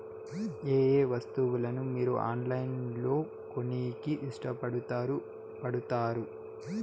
ఏయే వస్తువులను మీరు ఆన్లైన్ లో కొనేకి ఇష్టపడుతారు పడుతారు?